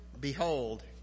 behold